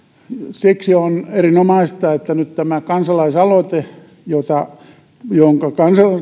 siksi on erinomaista että nyt tämä kansalaisaloite jonka